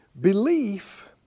belief